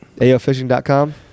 AOFishing.com